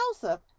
Joseph